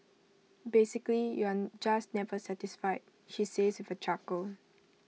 basically you're just never satisfied she says with A chuckle